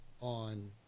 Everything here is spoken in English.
on